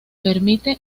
permite